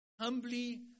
Humbly